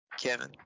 Kevin